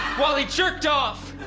while he jerked off!